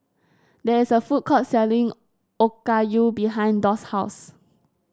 there is a food court selling Okayu behind Doss' house